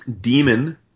Demon